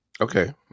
Okay